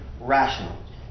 rational